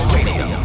Radio